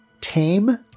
tame